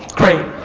great.